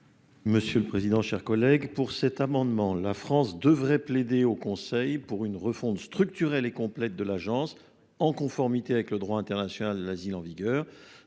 Monsieur le président. Chers collègues pour cet amendement. La France devrait plaider au Conseil pour une refonte structurelle et complète de l'agence en conformité avec le droit international l'asile en vigueur